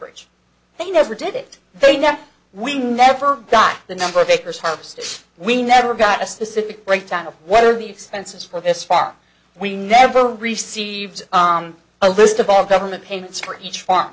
bridge they never did it they never we never got the number of acres harvested we never got a specific breakdown of what are the expenses for this farm we never received a list of all government payments for each farm